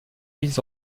mises